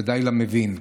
ודי למבין.